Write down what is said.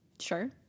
sure